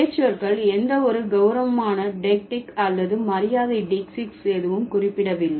பெயர்ச்சொற்கள் எந்த ஒரு கௌரவமான டெய்க்ட்டிக் அல்லது மரியாதை டீக்சீஸ் எதுவும் குறிப்பிடவில்லை